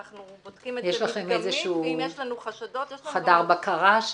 יש לכם איזשהו חדר בקרה?